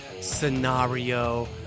scenario